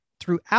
throughout